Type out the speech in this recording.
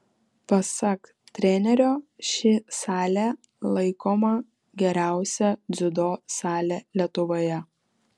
pasak trenerio ši salė laikoma geriausia dziudo sale lietuvoje